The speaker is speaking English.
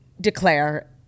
declare